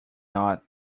not